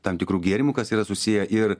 tam tikrų gėrimų kas yra susiję ir